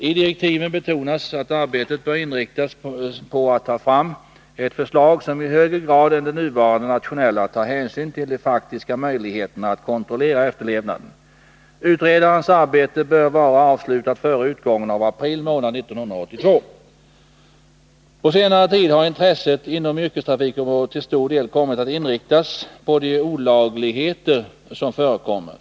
I direktiven betonas att arbetet bör inriktas på att ta fram ett förslag som i högre grad än det nuvarande nationella tar hänsyn till de faktiska möjligheterna att kontrollera efterlevnaden. — Utredarens arbete bör vara avslutat före utgången av april månad 1982. På senare tid har intresset inom yrkestrafikområdet till stor del kommit att inriktas på de olagligheter som förekommer.